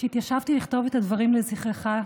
כשהתיישבתי לכתוב את הדברים לזכרך,